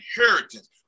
inheritance